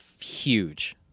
huge